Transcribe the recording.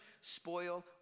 spoil